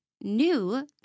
new